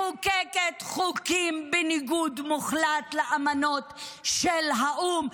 -- מחוקקת היום חוקים בניגוד מוחלט לאמנות של האו"ם,